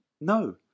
No